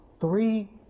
three